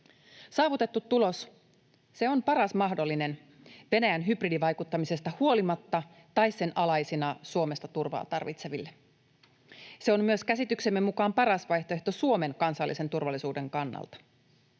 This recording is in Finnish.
Saavutettu tulos on paras mahdollinen Venäjän hybridivaikuttamisesta huolimatta tai sen alaisina Suomesta turvaa tarvitseville. Se on myös käsityksemme mukaan paras vaihtoehto Suomen kansallisen turvallisuuden kannalta.